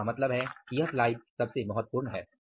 तो इसका मतलब है कि यह स्लाइड सबसे महत्वपूर्ण है